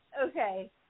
Okay